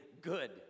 good